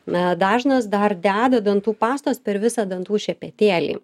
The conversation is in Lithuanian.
na dažnas dar deda dantų pastos per visą dantų šepetėlį